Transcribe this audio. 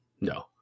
no